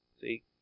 See